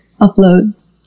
uploads